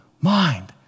mind